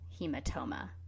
hematoma